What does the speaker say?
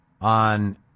on